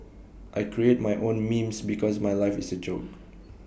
I create my own memes because my life is A joke